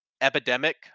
epidemic